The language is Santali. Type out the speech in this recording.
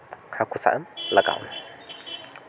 ᱦᱟᱹᱠᱩ ᱥᱟᱵ ᱮᱢ ᱞᱟᱜᱟᱣ ᱮᱱᱟ